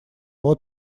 вот